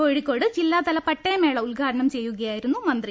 കോഴിക്കോട് ജില്ലാതല പട്ടയമേള ഉദ്ഘാടനം ചെയ്യുകയായിരുന്നു മന്ത്രി